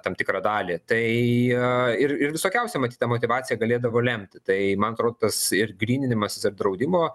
tam tikrą dalį tai ir visokiausia matyt ta motyvacija galėdavo lemti tai man atrodo tas ir gryninimas ir draudimo